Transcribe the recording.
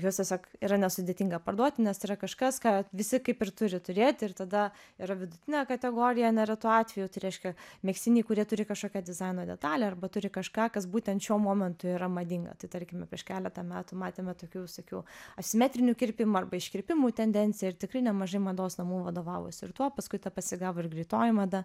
juos tiesiog yra nesudėtinga parduot nes tai yra kažkas ką visi kaip ir turi turėti ir tada yra vidutinė kategorija neretu atveju tai reiškia megztiniai kurie turi kažkokią dizaino detalę arba turi kažką kas būtent šiuo momentu yra madinga tai tarkime prieš keletą metų matėme tokių visokių asimetrinių kirpimų arba iškirpimų tendenciją ir tikrai nemažai mados namų vadovavosi ir tuo paskui tą pasigavo ir greitoji mada